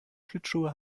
schlittschuhe